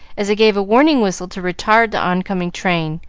as he gave a warning whistle to retard the on-coming train,